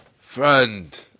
friend